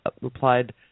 replied